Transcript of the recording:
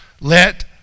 let